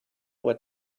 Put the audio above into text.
what